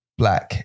black